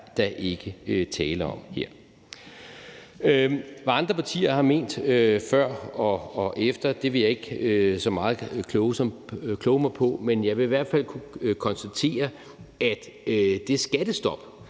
der ikke tale om her. Hvad andre partier har ment før og efter, vil jeg ikke kloge mig så meget på, men jeg vil i hvert fald konstatere, at det skattestop,